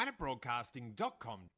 planetbroadcasting.com